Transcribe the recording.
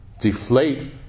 deflate